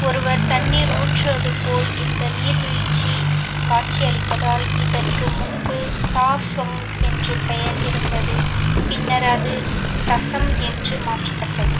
ஒருவர் தண்ணீர் ஊற்றுவது போல் இந்த நீர்வீழ்ச்சி காட்சியளிப்பதால் இதற்கு முன்பு தாசொங் என்ற பெயர் இருந்தது பின்னர் அது தசம் என்று மாற்றப்பட்டது